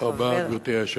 חבר הכנסת גילאון.